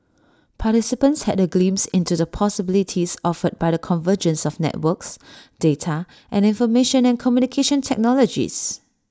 participants had A glimpse into the possibilities offered by the convergence of networks data and information and communication technologies